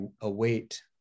await